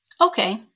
okay